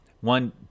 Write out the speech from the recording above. One